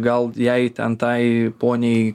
gal jei ten tai poniai